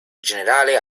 generale